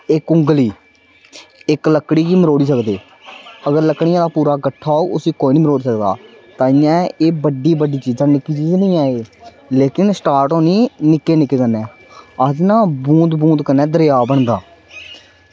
इक औंगुली इक लकड़ी गी मरोड़ी सकदे अगर लकड़ियें दा पूरा गट्ठा होग उस्सी कोई निं मरोड़ी सकदा ताहियें एह् बड्डी बड्डी चीजां एह् निक्की चीज निं ऐ एह् लेकिन स्टार्ट होनी निक्के निक्के कन्नै आखदे न बूंद बूंद कन्नै दरेआ भरदा